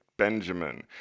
Benjamin